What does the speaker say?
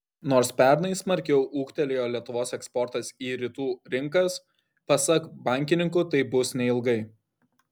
nors pernai smarkiau ūgtelėjo lietuvos eksportas į rytų rinkas pasak bankininkų taip bus neilgai